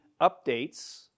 updates